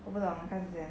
我不懂看先